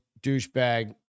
douchebag